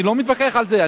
אני לא מתווכח על זה.